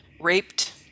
raped